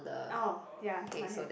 oh ya mine have